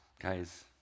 Guys